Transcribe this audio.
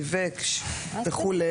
שיווק וכו',